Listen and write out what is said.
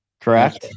Correct